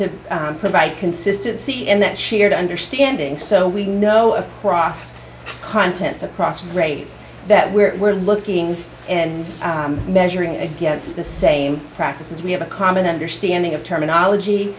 to provide consistency in that shared understanding so we know across continents across rates that we are looking and measuring against the same practices we have a common understanding of terminology